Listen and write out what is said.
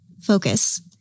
focus